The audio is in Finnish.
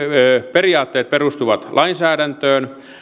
periaatteet perustuvat lainsäädäntöön